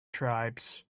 tribes